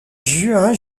juin